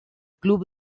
club